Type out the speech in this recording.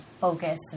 focus